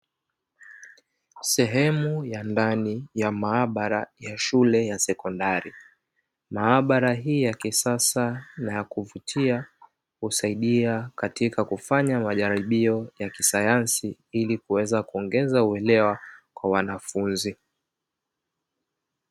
Sehemu ya ndani ya maabara ya shule ya sekondari. Maabara hii ya kisasa na ya kuvutia husaidia katika kufanya majaribio ya kisayansi ili kuweza kuongeza uelewa kwa wanafunzi.